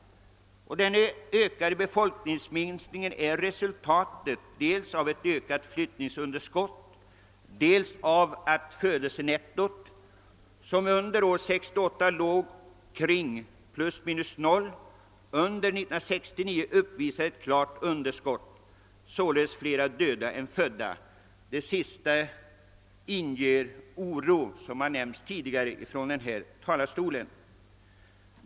Den tilltagande befolkningsminskningen är ett resultat dels av ett ökande flyttningsunderskott, dels av att födelsenettot, som under 1968 låg kring plus minus noll, under 1969 varit klart negativt med flera döda än födda. Det sistnämnda inger särskild oro, vilket har framhållits tidigare från denna talarstol.